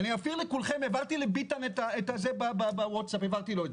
אני אעביר לכולכם, העברתי לביטן בווטסאפ את זה.